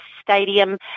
stadium